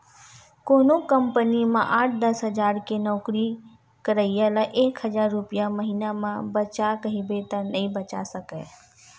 कोनो कंपनी म आठ, दस हजार के नउकरी करइया ल एक हजार रूपिया महिना म बचा कहिबे त नइ बचा सकय